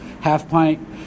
Half-Pint